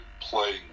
playing